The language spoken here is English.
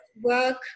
work